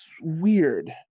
weird